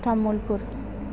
Tamulpur